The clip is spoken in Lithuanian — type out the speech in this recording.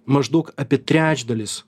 maždaug apie trečdalis